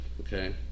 okay